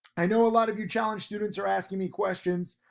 i know a lot of you challenged students are asking me questions.